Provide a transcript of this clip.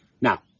Now